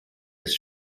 ist